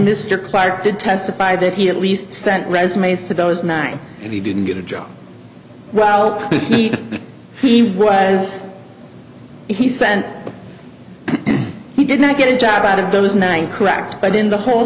mr clarke did testify that he at least sent resumes to those mine and he didn't get the job while he was he sent he did not get a job out of those nine correct but in the whole